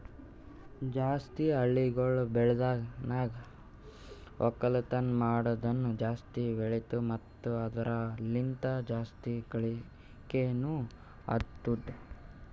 ಜಾಸ್ತಿ ಹಳ್ಳಿಗೊಳ್ ಬೆಳ್ದನ್ಗ ಒಕ್ಕಲ್ತನ ಮಾಡದ್ನು ಜಾಸ್ತಿ ಬೆಳಿತು ಮತ್ತ ಅದುರ ಲಿಂತ್ ಜಾಸ್ತಿ ಗಳಿಕೇನೊ ಅತ್ತುದ್